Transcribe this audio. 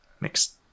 next